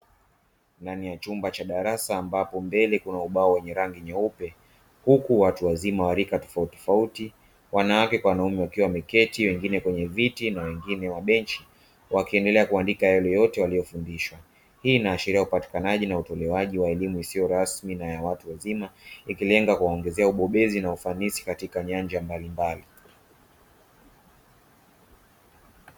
Ndani ya chumba cha darasa ambapo mbele kuna ubao wenye rangi nyeupe huku watu wazima wa rika tofauti tofauti, wanawake kwa wanaume wakiwa wameketi wengine kwenye viti na wengine mabenchi, wakiendelea kuandika yale yote waliyofundishwa. Hii inaashiria upatikanaji na utolewaji wa elimu isiyo rasmi na ya watu wazima ikilenga kuwaongezea ubobezi na ufanisi katika nyanja mbalimbali.